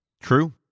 true